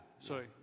Sorry